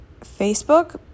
Facebook